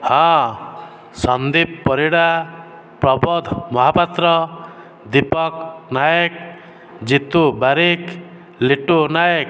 ହଁ ସନ୍ଦୀପ ପରିଡ଼ା ପ୍ରବୋଧ ମହାପାତ୍ର ଦୀପକ ନାଏକ ଜିତୁ ବାରିକ ଲିଟୁ ନାଏକ